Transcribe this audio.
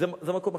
זה מקום אחר.